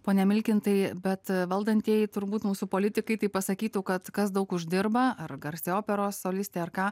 pone milkintai bet valdantieji turbūt mūsų politikai tai pasakytų kad kas daug uždirba ar garsi operos solistė ar ką